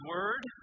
word